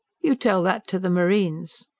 you tell that to the marines!